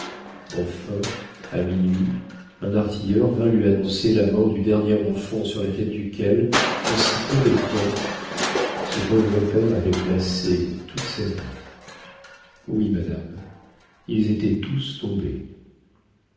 enfin à minuit un artilleur vint lui annoncer la mort du dernier enfant sur la tête duquel en si peu de temps ce pauvre père avait placé toute sa vie oui madame ils étaient tous tombés